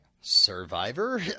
survivor